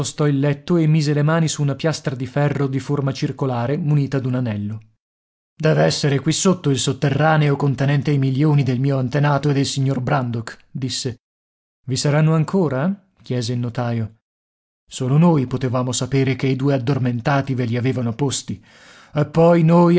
il letto e mise le mani su una piastra di ferro di forma circolare munita d'un anello deve essere qui sotto il sotterraneo contenente i milioni del mio antenato e del signor brandok disse i saranno ancora chiese il notaio solo noi potevamo sapere che i due addormentati ve li avevano posti e poi noi